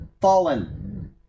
fallen